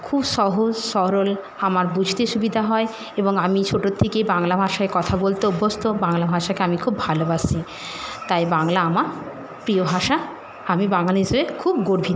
খুব সহজ সরল আমার বুঝতে সুবিধা হয় এবং আমি ছোটোর থেকেই বাংলা ভাষায় কথা বলতে অভ্যস্ত বাংলা ভাষাকে আমি খুব ভালোবাসি তাই বাংলা আমার প্রিয় ভাষা আমি বাঙালি হিসেবে খুব গর্বিত